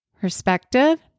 perspective